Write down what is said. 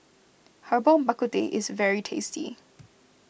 Herbal Bak Ku Teh is a very tasty